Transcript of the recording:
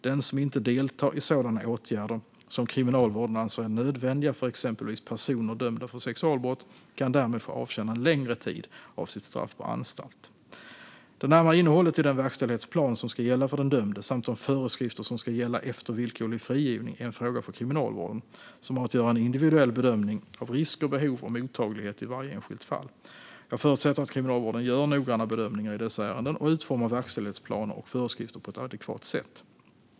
Den som inte deltar i sådana åtgärder som Kriminalvården anser är nödvändiga för exempelvis personer dömda för sexualbrott kan därmed få avtjäna en längre tid av sitt straff på anstalt. Det närmare innehållet i den verkställighetsplan som ska gälla för den dömde samt de föreskrifter som ska gälla efter villkorlig frigivning är en fråga för Kriminalvården, som har att göra en individuell bedömning av risker, behov och mottaglighet i varje enskilt fall. Jag förutsätter att Kriminalvården gör noggranna bedömningar i dessa ärenden och utformar verkställighetsplaner och föreskrifter på ett adekvat sätt.